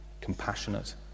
compassionate